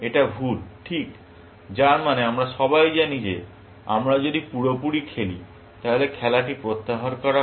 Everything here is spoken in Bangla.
এটা ভুল ঠিক যার মানে আমরা সবাই জানি যে আমরা যদি পুরোপুরি খেলি তাহলে খেলাটি প্রত্যাহার করা হয়